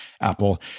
Apple